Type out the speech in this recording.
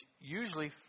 usually